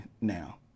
now